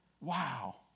Wow